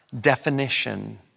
definition